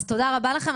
אז תודה רבה לכם,